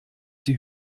sie